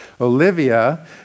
Olivia